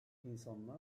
i̇nsanlar